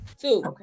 Two